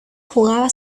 jugaba